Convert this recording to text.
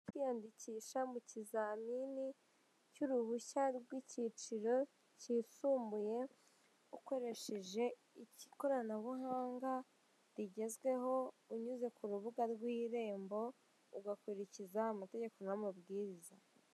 Kwiyandikisha mu kizamini cy'uruhushya rw'ikiro kisumbuye ukoresheje ikoranabuhanga rigezweho, unyuze ku rubuga rw'irembo ugakurikiza amategeko n'amabwiriza.